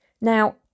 Now